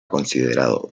considerado